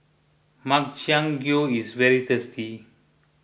Makchang Gui is very tasty